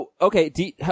okay